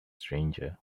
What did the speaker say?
stranger